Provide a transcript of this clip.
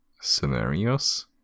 scenarios